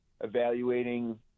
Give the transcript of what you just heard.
evaluating